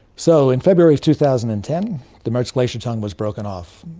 so in february two thousand and ten the mertz glacier tongue was broken off,